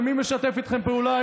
ומי משתף איתכם פעולה?